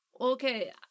okay